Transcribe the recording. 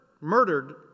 murdered